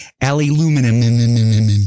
aluminum